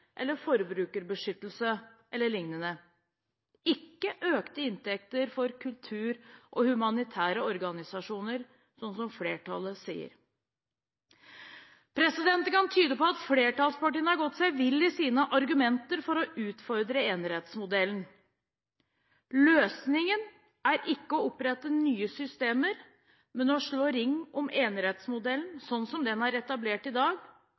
eller lignende – ikke økte inntekter for kultur og humanitære organisasjoner, slik flertallet sier. Det kan tyde på at flertallspartiene har gått seg vill i sine argumenter for å utfordre enerettsmodellen. Løsningen er ikke å opprette nye systemer, men å slå ring om enerettsmodellen slik som den er etablert i dag,